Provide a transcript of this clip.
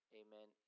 amen